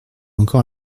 encore